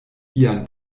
ian